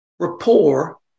Rapport